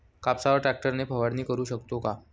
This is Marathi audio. कापसावर ट्रॅक्टर ने फवारणी करु शकतो का?